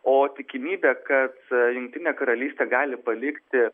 o tikimybė kad jungtinė karalystė gali palikti